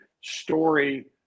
story